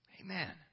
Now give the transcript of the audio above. Amen